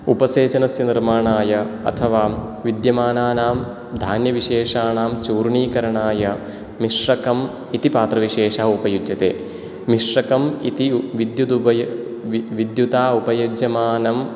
उपसेचनस्य निर्माणाय अथवा विद्यमानानां धान्यविशेषाणां चूर्णीकरणाय मिश्रकम् इति पात्रविशेषः उपयुज्यते मिश्रकम् इति विद्युता उपयुज्यमानं